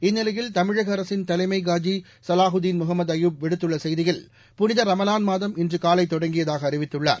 இந்நிலையில் தமிழக அரசின் தலைமை காஸி கலாஹுதீன் முகமது அயூப் விடுத்துள்ள செய்தியில் புனித ரமலான் மாதம் இன்று காலை தொடங்கியதாக அறிவித்துள்ளார்